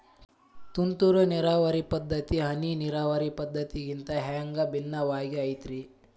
ತುಂತುರು ನೇರಾವರಿ ಪದ್ಧತಿ, ಹನಿ ನೇರಾವರಿ ಪದ್ಧತಿಗಿಂತ ಹ್ಯಾಂಗ ಭಿನ್ನವಾಗಿ ಐತ್ರಿ?